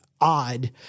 odd